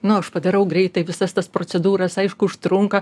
nu aš padarau greitai visas tas procedūras aišku užtrunka